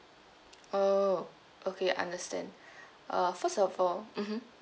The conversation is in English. oh okay understand uh first of all mmhmm